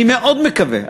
אני מאוד מקווה,